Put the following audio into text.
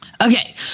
Okay